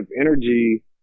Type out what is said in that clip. energy